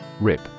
RIP